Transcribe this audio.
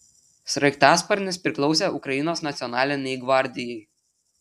sraigtasparnis priklausė ukrainos nacionalinei gvardijai